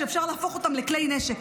שאפשר להפוך אותם לכלי נשק.